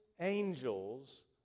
angels